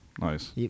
Nice